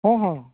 ᱦᱚᱸ ᱦᱚᱸ